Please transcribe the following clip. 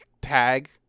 tag